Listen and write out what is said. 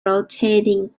rotating